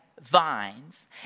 vines